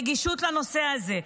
רגישות לנושא הזה.